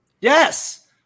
Yes